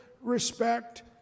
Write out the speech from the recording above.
respect